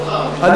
הדמוקרטי.